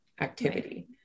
activity